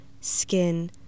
skin